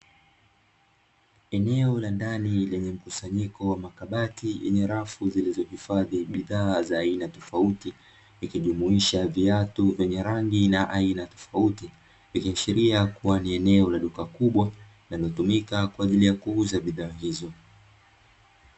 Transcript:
Eneo la ndani lenye mkusanyiko wa makabati yenye rafu zilizohifadhi bidhaa za aina tofauti, ikijumuisha viatu vyenye rangi na aina tofauti. Ikiashiria kuwa ni eneo la duka kubwa linalotumika kwa ajili ya kuuza bidhaa hizo.